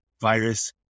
virus